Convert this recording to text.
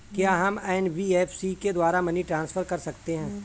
क्या हम एन.बी.एफ.सी के द्वारा मनी ट्रांसफर कर सकते हैं?